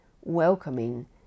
welcoming